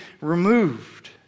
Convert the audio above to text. removed